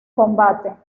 combate